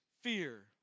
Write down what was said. fear